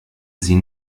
sie